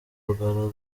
kugaragara